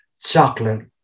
chocolate